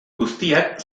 guztiak